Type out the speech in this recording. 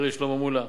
חברי, שלמה מולה,